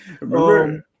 Remember